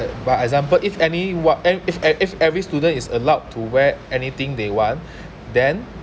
by example if any what and if and if every student is allowed to wear anything they want then